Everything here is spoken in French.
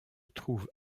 trouve